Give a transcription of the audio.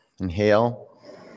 Inhale